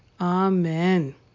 amen